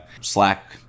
Slack